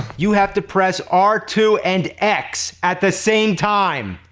you have to press r two and x at the same time?